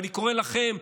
אני קורא לכם,